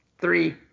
Three